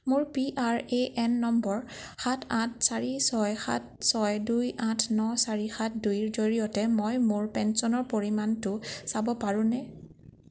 মোৰ P R A N নম্বৰ সাত আঠ চাৰি ছয় সাত ছয় দুই আঠ ন চাৰি সাত দুইৰ জৰিয়তে মই মোৰ পেঞ্চনৰ পৰিমাণটো চাব পাৰোঁনে